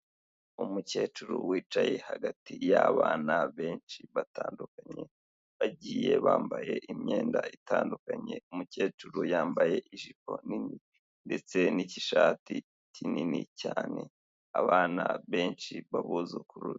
Umukecuru wicaye hagati y'abana benshi batandukanye, bagiye bambaye imyenda itandukanye, umukecuru yambaye ijipo nini ndetse n'igishati kinini cyane, abana benshi b'abuzukuru be.